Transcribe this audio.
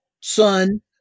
son